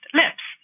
lips